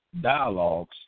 dialogues